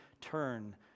turn